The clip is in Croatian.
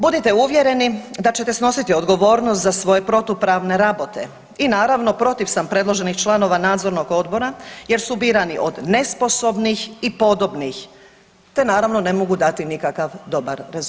Budite uvjereni da ćete snositi odgovornost za svoje protupravne rabote i naravno protiv sam predloženih članova nadzornog odbora jer su birani od nesposobnih i podobnih te naravno ne mogu dati nikakav dobar rezultat.